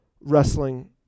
wrestling